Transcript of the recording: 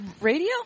Radio